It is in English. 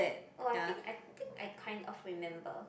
oh I think I think I kind of remember